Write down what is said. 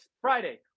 Friday